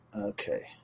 okay